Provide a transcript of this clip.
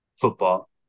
football